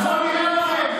אז בואו נראה אתכם.